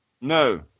No